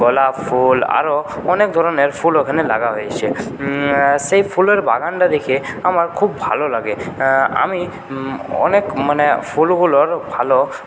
গোলাপফুল আরও অনেক ধরনের ফুল ওখানে লাগা হয়েছে সেই ফুলের বাগানটা দেখে আমার খুব ভালো লাগে আমি অনেক মানে ফুলগুলোর ভালো